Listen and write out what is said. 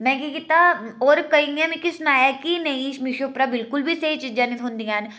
मैं केह् कीता होर केइयें मिकी सनाया कि नेईं मिशू उप्परा बिल्कुल बी स्हेई चीजां नेईं थ्होंदियां न